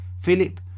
Philip